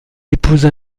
épousa